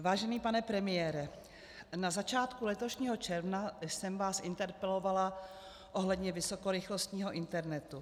Vážený pane premiére, na začátku letošního června jsem vás interpelovala ohledně vysokorychlostního internetu.